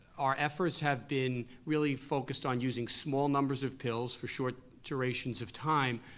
our efforts have been really focused on using small numbers of pills for short durations of time,